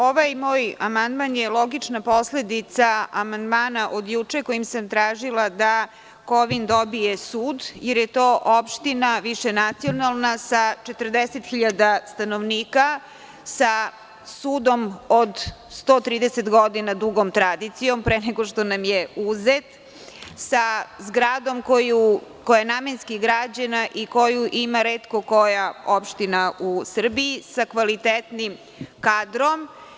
Ovaj moj amandman je logična posledica amandmana od juče, kojim sam tražila da Kovin dobije sud, jer je to opština višenacionalna sa 40.000 stanovnika, sa sudom od 130 godina dugom tradicijom, pre nego što nam je uzet, sa zgradom koja je namenski građena i koju ima retko koja opština u Srbiji, sa kvalitetnim kadrom.